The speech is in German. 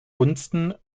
gunsten